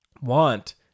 want